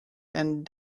and